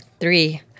Three